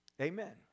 Amen